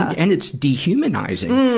and it's dehumanizing.